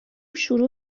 شروع